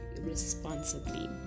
responsibly